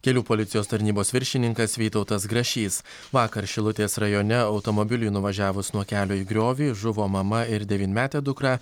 kelių policijos tarnybos viršininkas vytautas grašys vakar šilutės rajone automobiliui nuvažiavus nuo kelio į griovį žuvo mama ir devynmetė dukra